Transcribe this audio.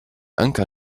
anker